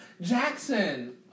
Jackson